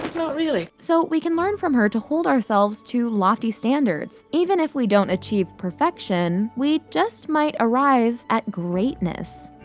not really. so we can learn from her to hold ourselves to lofty standards. even if we don't achieve perfection, we just might arrive at greatness.